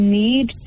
need